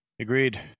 agreed